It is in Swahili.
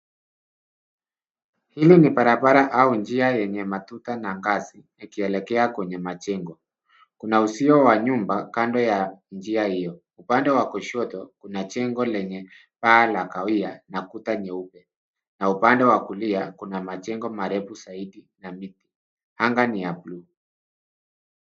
Hili ni barabara au njia yenye matuta na ngazi ikielekea kwenye majengo. Kuna uzio wa nyumba kando ya njia hiyo. Upande wa kushoto kuna jengo lenye paa la kahawia na kuta nyeupe na upande wa kulia kuna majengo marefu zaidi na miti. Anga ni ya bluu.